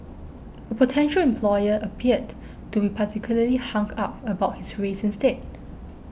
a potential employer appeared to be particularly hung up about his race instead